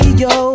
yo